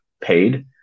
paid